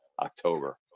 October